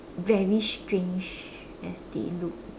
very strange as they look